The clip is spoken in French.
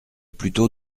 plutôt